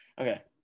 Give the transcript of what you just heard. Okay